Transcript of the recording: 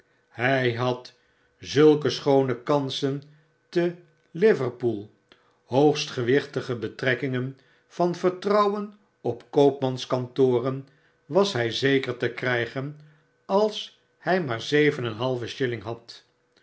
hy bad zulke schoone kansen te liverpool hoogst gewichtige betrekkingen van vertrouwen op koopmanskantoren was hy zeker te krygen als hy maar zeven en een halve shilling had